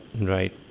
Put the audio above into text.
right